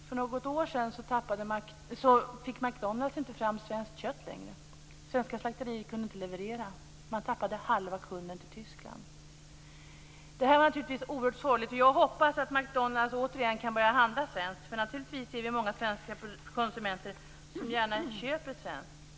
För något år sedan fick McDonalds inte längre fram svenskt kött. Svenska slakterier kunde inte leverera. Man tappade halva kundunderlaget till Tyskland. Det här var naturligtvis oerhört sorgligt, och jag hoppas att McDonalds återigen kan börja handla svenskt. Naturligtvis är det många svenska konsumenter som gärna köper svenskt.